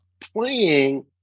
playing